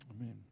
Amen